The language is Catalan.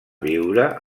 viure